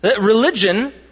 Religion